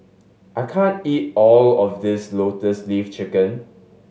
I can't eat all of this Lotus Leaf Chicken